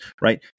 right